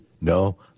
No